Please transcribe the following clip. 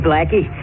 Blackie